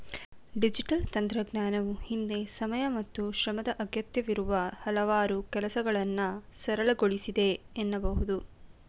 digital ತಂತ್ರಜ್ಞಾನವು ಹಿಂದೆ ಸಮಯ ಮತ್ತು ಶ್ರಮದ ಅಗತ್ಯವಿರುವ ಹಲವಾರು ಕೆಲಸಗಳನ್ನ ಸರಳಗೊಳಿಸಿದೆ ಎನ್ನಬಹುದು